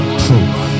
truth